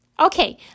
Okay